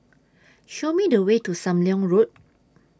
Show Me The Way to SAM Leong Road